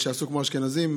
שיעשו כמו אשכנזים,